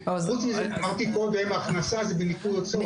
אמרתי קודם, הכנסה זה בניכוי הוצאות.